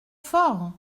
fort